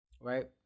right